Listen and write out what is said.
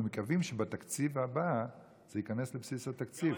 מקווים שבתקציב הבא זה ייכנס לבסיס התקציב.